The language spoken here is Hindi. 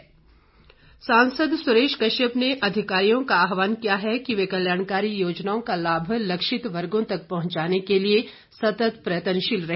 सुरेश कश्यप सांसद सुरेश कश्यप ने अधिकारियों का आह्वान किया है कि वे कल्याणकारी योजनाओं का लाभ लक्षित वर्गों तक पहुंचाने के लिए सतत प्रयत्नशील रहे